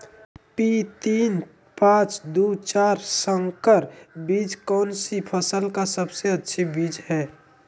P तीन पांच दू चार संकर बीज कौन सी फसल का सबसे अच्छी बीज है?